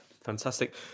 Fantastic